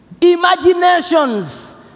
Imaginations